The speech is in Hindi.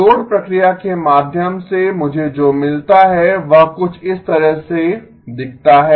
जोड़ प्रक्रिया के माध्यम से मुझे जो मिलता है वह कुछ इस तरह से दिखता है